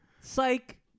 psych